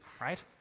right